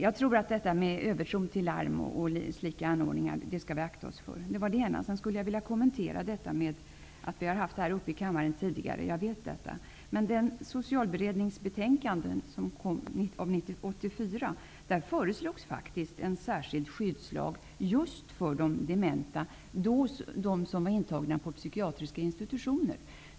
Jag tror att övertro till larm och slika anordningar skall vi akta oss för. Sedan skulle jag vilja kommentera detta att frågan varit uppe i kammaren tidigare. Jag vet detta. I det föreslogs faktiskt en särskild skyddslag just för de dementa som var intagna på psykiatriska institutioner.